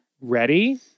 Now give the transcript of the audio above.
Ready